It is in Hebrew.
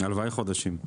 הלוואי חודשים.